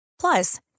Plus